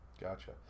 Gotcha